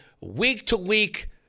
week-to-week